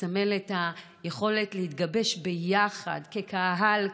מסמל את היכולת להתגבש ביחד כקהל,